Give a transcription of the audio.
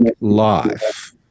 life